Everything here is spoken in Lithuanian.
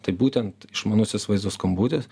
tai būtent išmanusis vaizdo skambutis